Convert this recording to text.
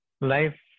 life